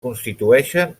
constitueixen